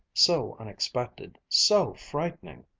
so unexpected, so frightening.